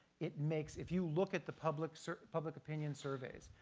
it makes if you look at the public sort of public opinion surveys,